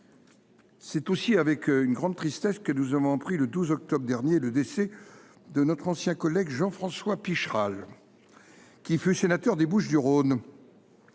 C’est aussi avec une grande tristesse que nous avons appris le 12 octobre dernier le décès de notre ancien collègue Jean François Picheral, qui fut sénateur des Bouches du Rhône